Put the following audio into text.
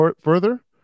further